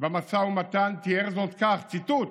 במשא ומתן תיאר זאת כך" ציטוט: